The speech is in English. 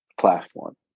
platform